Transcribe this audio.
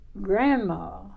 Grandma